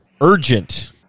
Urgent